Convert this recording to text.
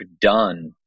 done